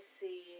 see